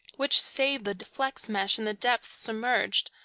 which save the flex-mesh, in the depth submerged.